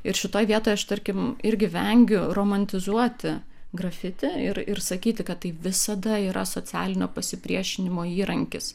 ir šitoj vietoj aš tarkim irgi vengiu romantizuoti grafiti ir ir sakyti kad tai visada yra socialinio pasipriešinimo įrankis